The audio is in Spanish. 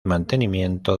mantenimiento